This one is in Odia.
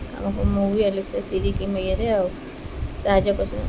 ଆମକୁ ମୁଁ ବି ହେଲେ ଆଲେକ୍ସା ସିରି କିଣିବାରେ ଆଉ ସାହାଯ୍ୟ କରିଛନ୍ତି